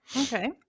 Okay